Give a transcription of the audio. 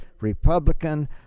republican